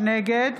נגד